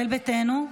ישראל ביתנו.